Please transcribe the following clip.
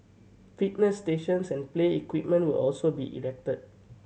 fitness stations and play equipment will also be erected